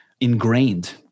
ingrained